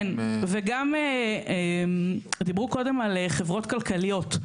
דיברו קודם על חברות כלכליות.